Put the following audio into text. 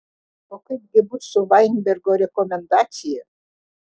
o kaip gi bus su vainbergo rekomendacija